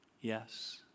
Yes